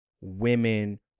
Women